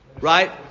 right